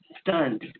stunned